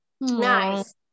Nice